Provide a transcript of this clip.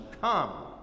come